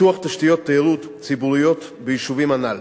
פיתוח תשתיות תיירות ציבוריות ביישובים האלה: